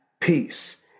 peace